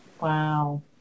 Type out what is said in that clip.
Wow